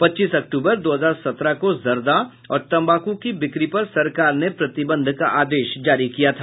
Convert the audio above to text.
पच्चीस अक्टूबर दो हजार सत्रह को जर्दा और तंबाकू की बिक्री पर सरकार ने प्रतिबंध का आदेश जारी किया था